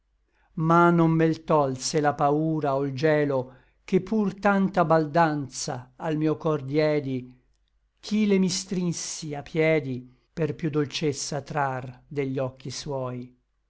ma non me l tolse la paura o l gielo che pur tanta baldanza al mio cor diedi ch'i le mi strinsi a piedi per piú dolcezza trar de gli occhi suoi